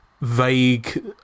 vague